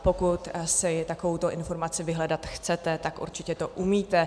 Pokud si takovouto informaci vyhledat chcete, tak to určitě umíte.